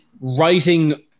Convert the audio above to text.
writing